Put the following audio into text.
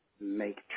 make